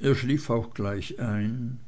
er schlief auch gleich ein